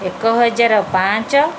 ଏକ ହଜାର ପାଞ୍ଚ